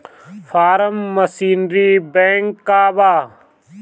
Form machinery bank का बा?